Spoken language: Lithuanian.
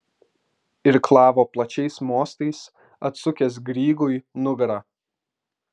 irklavo plačiais mostais atsukęs grygui nugarą